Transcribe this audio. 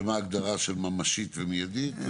ומה ההגדרה של ממשית ומיידית?